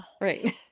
Right